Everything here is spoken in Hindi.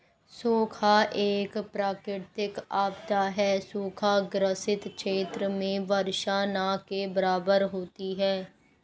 सूखा एक प्राकृतिक आपदा है सूखा ग्रसित क्षेत्र में वर्षा न के बराबर होती है